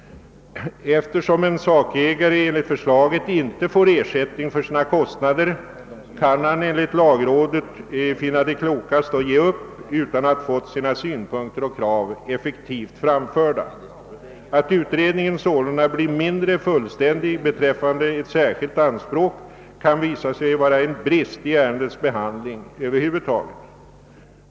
Eftersom en sakägare enligt förslaget inte får ersättning för sina kostnader, kan han enligt lagrådet finna det klokast att ge upp utan att ha fått sina synpunkter och krav effektivt framförda. Att utredningen sålunda blir mindre fullständig beträffande ett särskilt anspråk kan visa sig vara en brist i ärendets behandling över huvud taget.